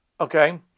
okay